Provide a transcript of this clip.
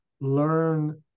learn